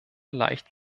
leicht